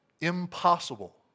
impossible